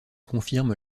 confirme